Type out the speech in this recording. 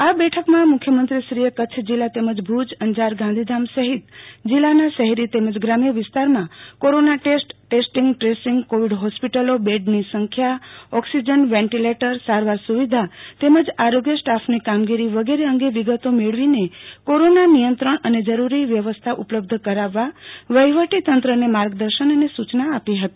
આ બેઠકમાં મુખ્યમંત્રોશ્રી એ કચ્છ જિલ્લા તેમજ ભુજ અંજાર ગાંધોધામ સહિત જિલ્લાના શહેરી તેમજ ગ્રામ્ય વિસ્તારમાં corona test testing tracing covid હોસ્પિટલો બેડની સંખ્યા ઓકિસજન વેન્ટીલેટર સારવાર સૂવિધા તેમજ આરોગ્ય સ્ટાફની કામગીરી વગેરે અંગો વિગતો મેળવી ને કોરોના નિયંત્રણ અન જરૂરી વ્યવસ્થા ઉપલબ્ધ કરાવવા વહીવટી તેમને માર્ગદર્શન અને સૂચના આપી હતી